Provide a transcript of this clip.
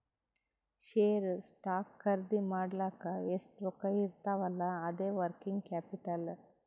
share, stock ಖರ್ದಿ ಮಾಡ್ಲಕ್ ಎಷ್ಟ ರೊಕ್ಕಾ ಇರ್ತಾವ್ ಅಲ್ಲಾ ಅದೇ ವರ್ಕಿಂಗ್ ಕ್ಯಾಪಿಟಲ್